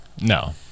No